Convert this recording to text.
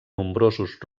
nombrosos